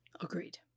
Agreed